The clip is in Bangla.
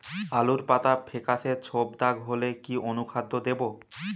আলুর পাতা ফেকাসে ছোপদাগ হলে কি অনুখাদ্য দেবো?